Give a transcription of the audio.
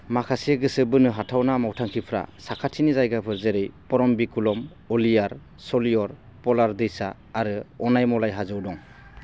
माखासे गोसो बोनो हाथावना मावथांखिफ्रा साखाथिनि जायगाफोर जेरै परम्बिकुलम अलियार शोलियर पलार दैसा आरो अनायमलाइ हाजोआव दं